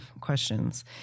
questions